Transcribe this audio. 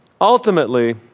ultimately